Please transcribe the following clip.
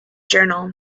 journal